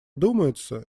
думается